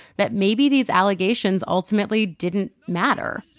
that maybe these allegations ultimately didn't matter.